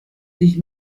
sich